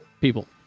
people